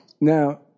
Now